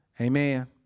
Amen